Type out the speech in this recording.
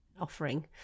offering